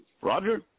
Roger